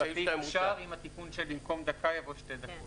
עם התיקון במקום דקה, יבוא שתי דקות.